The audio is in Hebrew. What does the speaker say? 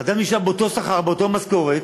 אדם נשאר באותו שכר, באותה משכורת,